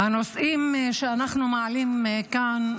הנושאים שאנחנו מעלים כאן,